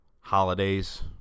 holidays